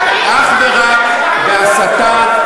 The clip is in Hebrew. בהסתה,